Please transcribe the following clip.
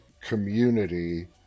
community